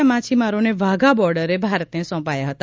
આ માછીમારોને વાઘા બોર્ડરે ભારતને સોંપાયા હતા